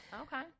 Okay